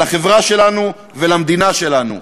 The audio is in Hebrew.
לחברה שלנו ולמדינה שלנו.